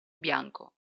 bianco